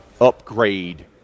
upgrade